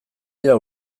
dira